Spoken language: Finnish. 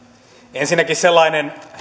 ensinnäkin sellainen